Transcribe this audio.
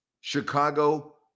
Chicago